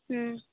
ᱦᱩᱸ